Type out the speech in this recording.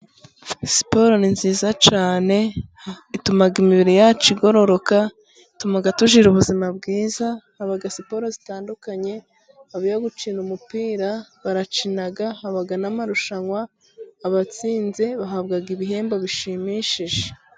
Siporo ni nziza cyane, ituma imibiri yacu igororoka, ituma tugira ubuzima bwiza, haba siporo zitandukanye, bakwiye yo gukina umupira, barakina, haba n'amarushanwa, abatsinze bahabwa ibihembo bishimishije.